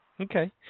Okay